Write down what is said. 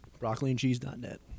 Broccoliandcheese.net